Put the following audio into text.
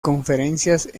conferencias